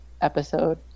episode